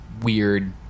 weird